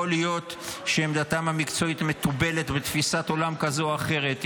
יכול להיות שעמדתם המקצועית מתובלת בתפיסת עולם כזו או אחרת,